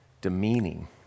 demeaning